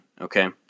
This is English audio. okay